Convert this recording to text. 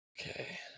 Okay